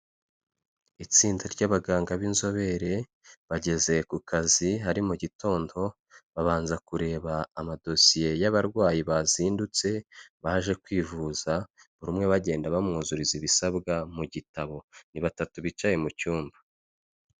Itsinda ry'abaganga b'inzobere bageze ku kazi ari mu gitondo, babanza kureba amadosiye y'abarwayi bazindutse baje kwivuza, buri umwe bagenda bamwuzuriza ibisabwa mu gitabo. Ni batatu bicaye mu cyumba.